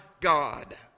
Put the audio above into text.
God